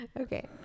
Okay